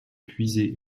puiser